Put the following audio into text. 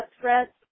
threats